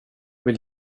vill